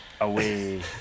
away